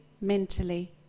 mentally